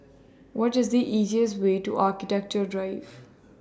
What IS The easiest Way to Architecture Drive